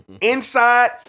Inside